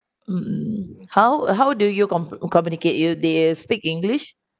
mm how uh how do you com~ communicate you they speak english